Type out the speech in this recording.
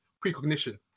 precognition